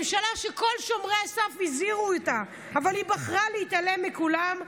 ממשלה שכל שומרי הסף הזהירו אותה אבל היא בחרה להתעלם מכולם,